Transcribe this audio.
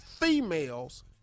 females